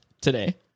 today